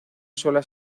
sola